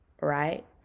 right